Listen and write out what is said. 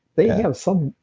they have some.